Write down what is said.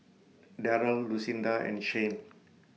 Darrell Lucinda and Shane